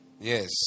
Yes